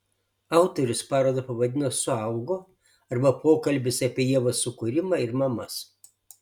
autorius parodą pavadino suaugo arba pokalbis apie ievos sukūrimą ir mamas